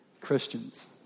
Christians